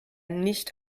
nicht